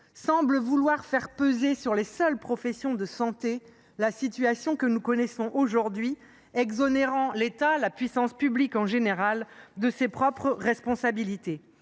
semble vouloir faire peser sur les seules professions de santé la situation que nous connaissons aujourd’hui, exonérant l’État, la puissance publique en général, de ses propres responsabilités.